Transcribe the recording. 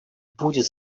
будет